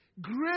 Great